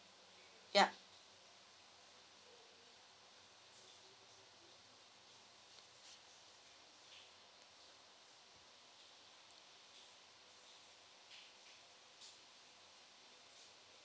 yup